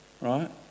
right